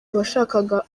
washakaga